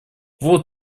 вот